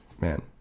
Man